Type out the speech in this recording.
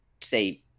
say